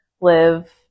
live